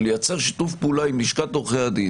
ולייצר שיתוף פעולה עם לשכת עורכי הדין.